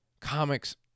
Comics